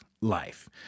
life